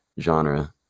genre